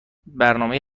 برنامهی